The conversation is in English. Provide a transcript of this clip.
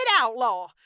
outlaw